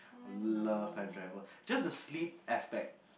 love time travel just the sleep aspect